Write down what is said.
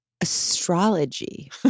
astrology